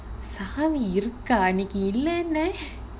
சாவி இருக்கா அன்னைக்கு இல்லனே:saavi irukkaa annaikku illanae